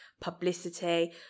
publicity